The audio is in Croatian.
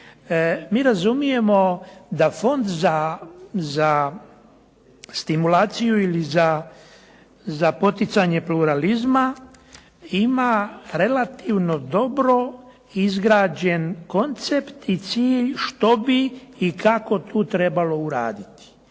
Mi razumijemo da Fond za stimulaciju ili za poticanje pluralizma ima relativno dobro izgrađen koncept i cilj što bi i kako tu trebalo uraditi,